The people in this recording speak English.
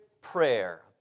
prayer